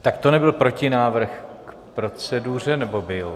Tak to nebyl protinávrh k proceduře, nebo byl?